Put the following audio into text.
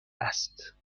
است